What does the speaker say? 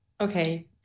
Okay